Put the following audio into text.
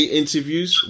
interviews